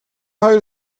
хоёр